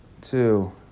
Two